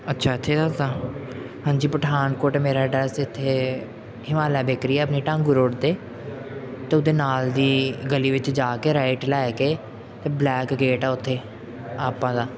ਅੱਛਾ ਇੱਥੇ ਦੱਸਦਾਂ ਹਾਂਜੀ ਪਠਾਨਕੋਟ ਮੇਰਾ ਐਡਰੈੱਸ ਇੱਥੇ ਹਿਮਾਲਿਆ ਬੇਕਰੀ ਆ ਆਪਣੀ ਢਾਂਗੂ ਰੋਡ 'ਤੇ ਅਤੇ ਉਹਦੇ ਨਾਲ ਦੀ ਗਲੀ ਵਿੱਚ ਜਾ ਕੇ ਰਾਈਟ ਲੈ ਕੇ ਅਤੇ ਬਲੈਕ ਗੇਟ ਆ ਉੱਥੇ ਆਪਾਂ ਦਾ